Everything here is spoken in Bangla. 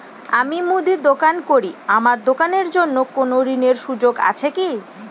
আমি মুদির দোকান করি আমার দোকানের জন্য কোন ঋণের সুযোগ আছে কি?